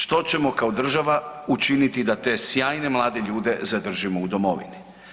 Što ćemo kao država učiniti da te sjajne mlade ljude zadržimo u domovini?